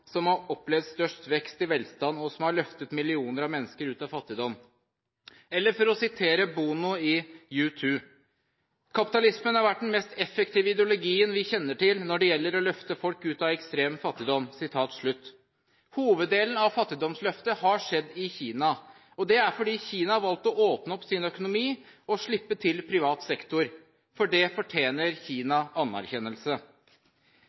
som har opplevd størst vekst i velstand, og som har løftet millioner av mennesker ut av fattigdom. Eller for å sitere Bono i U2: Kapitalismen har vært den mest effektive ideologien vi kjenner til, når det gjelder å løfte folk ut av ekstrem fattigdom. Hoveddelen av fattigdomsløftet har skjedd i Kina. Det er fordi Kina har valgt å åpne opp sin økonomi og slippe til privat sektor. For det fortjener